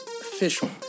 official